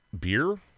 beer